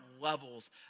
levels